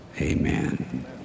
amen